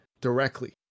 directly